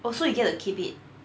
oh so you get to keep it